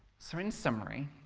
so in summary,